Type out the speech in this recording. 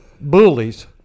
bullies